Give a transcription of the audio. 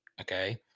Okay